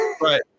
Right